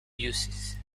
buses